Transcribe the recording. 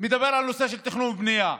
מדבר על הנושא של תכנון ובנייה.